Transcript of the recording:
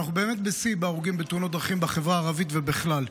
אנחנו באמת בשיא בהרוגים בתאונות דרכים בחברה הערבית ובכלל.